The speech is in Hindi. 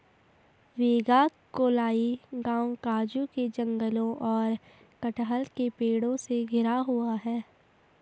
वेगाक्कोलाई गांव काजू के जंगलों और कटहल के पेड़ों से घिरा हुआ है